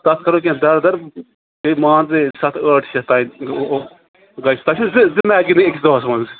تَتھ کَرو کیٚنٛہہ دَرٕ دَرٕ بیٚیہِ مان ژٕ بیٚیہِ سَتھ ٲٹھ شتھ تام گَژھِ تۄہہِ چھِو زٕ زٕ میچ گِندٕنۍ أکِس دۄہَس مَنز